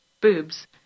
boobs